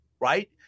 right